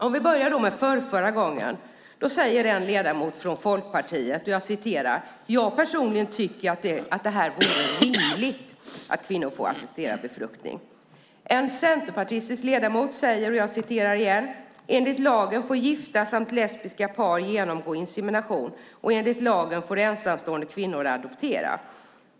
Om jag börjar med förrförra gången säger en ledamot från Folkpartiet: Jag personligen tycker att det vore rimligt att kvinnor får assisterad befruktning. En centerpartistisk ledamot säger: Enligt lagen får gifta samt lesbiska par genomgå insemination, och enligt lagen får ensamstående kvinnor adoptera.